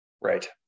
Right